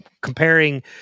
comparing